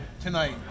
tonight